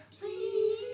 please